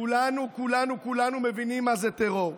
כולנו כולנו כולנו מבינים מה זה טרור.